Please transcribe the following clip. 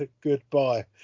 goodbye